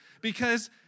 Because-